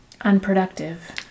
unproductive